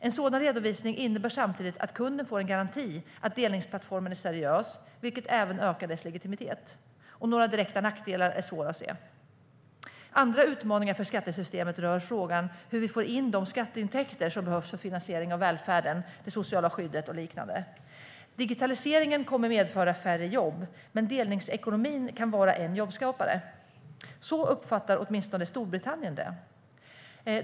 En sådan redovisning innebär samtidigt att kunden får en garanti för att delningsplattformen är seriös, vilket även ökar dess legitimitet. Några direkta nackdelar är svåra att se. Andra utmaningar för skattesystemet rör frågan hur vi får in de skatteintäkter som behövs för finansiering av välfärden, det sociala skyddet och liknande. Digitaliseringen kommer att medföra färre jobb, men delningsekonomin kan vara en jobbskapare. Så uppfattar åtminstone Storbritannien det.